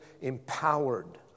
empowered